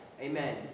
Amen